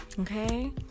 okay